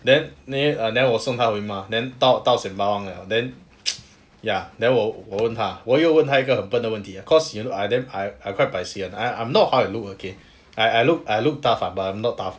then then 我送她回 mah then 到到 sembawang 了 then ya then 我问她我有问她一个很笨的问题 cause you know I damn I quite paiseh [one] I I'm not how I look okay I I look I look tough ah but I'm not tough